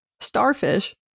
Starfish